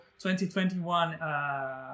2021